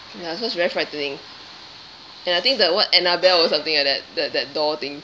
ya so it's very frightening and I think that what annabelle or something like that that that doll thing